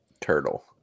turtle